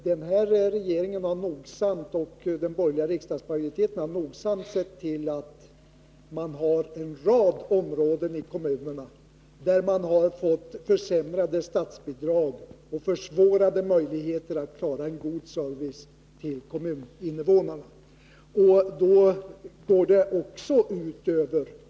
Den nu sittande regeringen och den borgerliga riksdagsmajoriteten har nogsamt sett till att man på en rad områden i kommunerna fått försämrade statsbidrag och försämrade möjligheter att klara en god service till kommuninnevånarna.